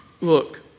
Look